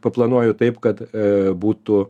paplanuoju taip kad būtų